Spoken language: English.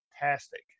fantastic